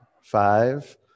Five